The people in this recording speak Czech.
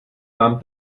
mám